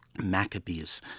Maccabees